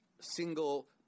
single